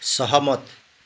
सहमत